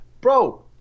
Bro